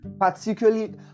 particularly